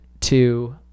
two